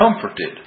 comforted